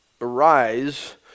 arise